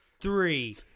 Three